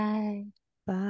Bye